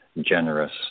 generous